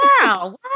Wow